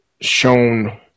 shown